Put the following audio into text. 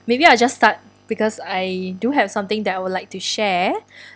maybe I'll just start because I do have something that I would like to share